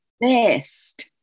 best